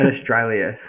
Australia